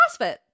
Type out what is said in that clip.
crossfit